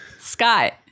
Scott